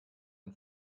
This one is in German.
ein